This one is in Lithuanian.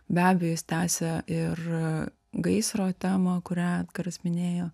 be abejo jis tęsia ir gaisro temą kurią edgaras minėjo